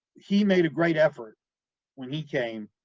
he made a great effort when he came,